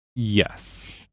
Yes